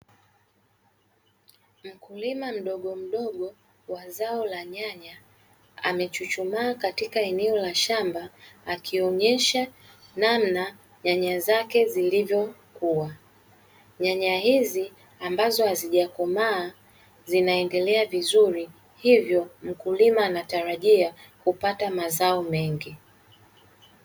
Mkulima mdogomdogo wa zao la nyanya amechuchumaa katika eneo la shamba akionyesha namna nyanya zake zilivyokuwa. Nyanya hizi ambazo hazijakomaa zinaendelea vizuri, hivyo mkulima anatarajia kupata mazao mengi.